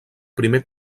primer